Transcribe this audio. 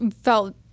felt